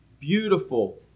beautiful